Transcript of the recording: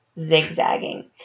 zigzagging